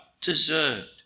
deserved